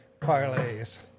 parlays